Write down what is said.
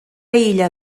illa